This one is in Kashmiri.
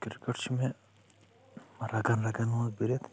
کرکٹ چھُ مےٚ رگن رگن منٛز بٔرِتھ